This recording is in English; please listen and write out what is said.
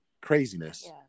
craziness